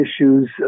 issues